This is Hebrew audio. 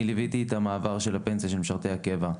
אני ליוויתי את המעבר של הפנסיה של משרתי הקבע,